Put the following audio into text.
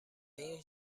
این